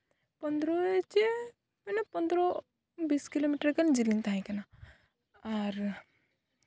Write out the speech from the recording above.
ᱯᱚᱫᱽᱨᱚ ᱪᱮ ᱢᱟᱱᱮ ᱯᱚᱫᱽᱨᱚ ᱵᱤᱥ ᱠᱤᱞᱳ ᱢᱤᱴᱟᱨ ᱞᱮᱠᱟ ᱡᱮᱞᱮᱧ ᱛᱟᱦᱮᱸ ᱠᱟᱱᱟ ᱟᱨ